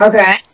Okay